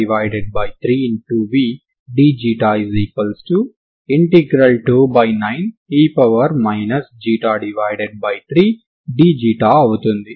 vdξ 29e 3dξ అవుతుంది